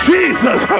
Jesus